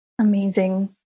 Amazing